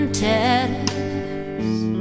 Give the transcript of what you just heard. tatters